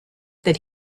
that